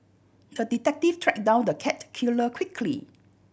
the detective track down the cat killer quickly